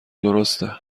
درسته